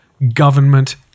government